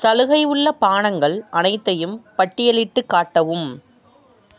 சலுகை உள்ள பானங்கள் அனைத்தையும் பட்டியலிட்டுக் காட்டவும்